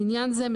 לעניין זה,